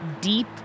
deep